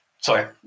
Sorry